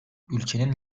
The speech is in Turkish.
ülkenin